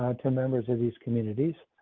um to members of these communities.